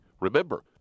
Remember